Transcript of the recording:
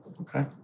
Okay